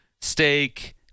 steak